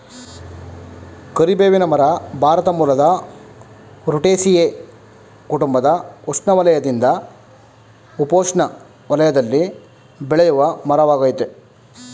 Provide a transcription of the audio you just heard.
ಕರಿಬೇವಿನ ಮರ ಭಾರತ ಮೂಲದ ರುಟೇಸಿಯೇ ಕುಟುಂಬದ ಉಷ್ಣವಲಯದಿಂದ ಉಪೋಷ್ಣ ವಲಯದಲ್ಲಿ ಬೆಳೆಯುವಮರವಾಗಯ್ತೆ